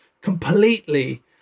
completely